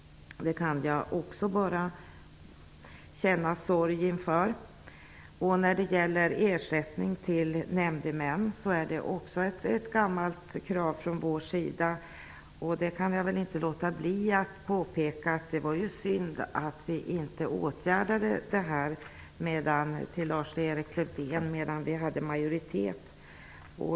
Också detta känner jag sorg inför. Också ersättningen till nämndemän är ett gammalt krav från vår sida. Jag kan inte låta bli att till Lars Erik Lövdén påpeka att det var synd att vi inte åtgärdade detta medan vi var i majoritet.